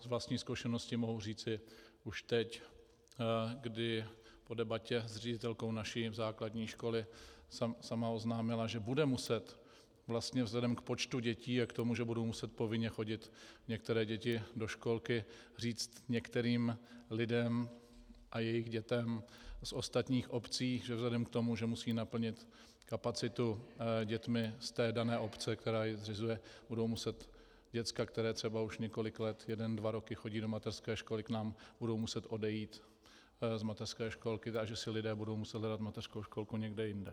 Z vlastní zkušenosti mohu říci už teď, kdy po debatě s ředitelkou naší základní školy sama oznámila, že bude muset vlastně vzhledem k počtu dětí a k tomu, že budou muset povinně chodit některé děti do školky, říct některým lidem a jejich dětem z ostatních obcí, že vzhledem k tomu, že musí naplnit kapacitu dětmi z té dané obce, která ji zřizuje, budou muset děcka, která třeba už několik let jeden dva roky chodí do mateřské školy k nám, budou muset odejít z mateřské školky, takže si lidé budou muset hledat mateřskou školku někde jinde.